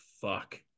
fuck